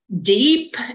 deep